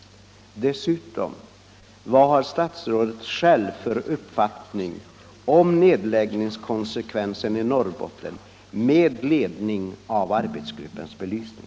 Dessutom: Vad har statsrådet själv för uppfattning om nedläggningskonsekvenserna i Norrbotten med ledning av arbetsgruppens belysning?